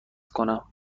کنم